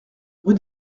rue